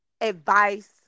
advice